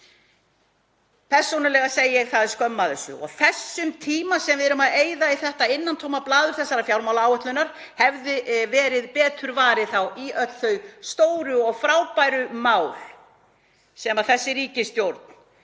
Persónulega segi ég að það er skömm að þessu. Og þessum tíma sem við erum að eyða í þetta innantóma blaður þessarar fjármálaáætlunar hefði verið betur varið í öll þau stóru og frábæru mál sem þessi ríkisstjórn